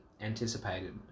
anticipated